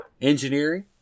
engineering